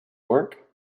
work